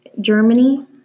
Germany